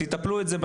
תטפלו בזה.